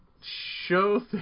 show